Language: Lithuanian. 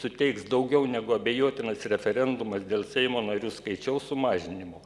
suteiks daugiau negu abejotinas referendumas dėl seimo narių skaičiaus sumažinimo